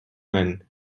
and